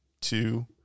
two